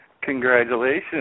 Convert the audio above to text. Congratulations